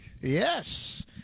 Yes